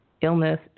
illness